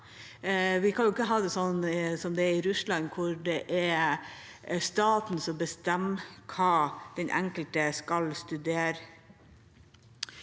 Vi kan jo ikke ha det sånn som det er i Russland, hvor det er staten som bestemmer hva den enkelte skal studere.